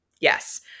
Yes